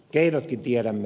keinotkin tiedämme